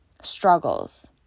struggles